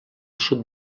sud